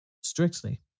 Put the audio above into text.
Strictly